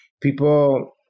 People